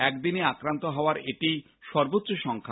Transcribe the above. একদিনে আক্রান্ত হওয়ার এটাই সর্বোচ্চ সংখ্যা